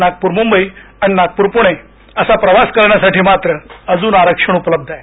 नागपूर मुंबई आणी नागपूर पुणे असा प्रवास करण्यासाठी मात्र अजून आरक्षण उपलब्ध आहे